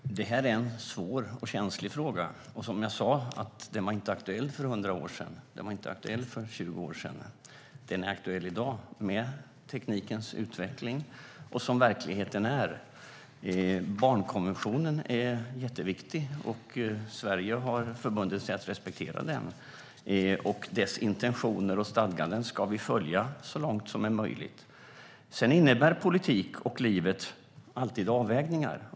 Herr talman! Det här är en svår och känslig fråga. Som jag sa var den inte aktuell för 100 år sedan. Den var inte aktuell för 20 år sedan. Den är aktuell i dag, med teknikens utveckling och med tanke på hur verkligheten är. Barnkonventionen är jätteviktig. Sverige har förbundit sig att respektera den. Dess intentioner och stadgar ska vi följa så långt som möjligt. Men politiken och livet innebär alltid avvägningar.